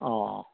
ꯑꯥ